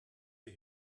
wir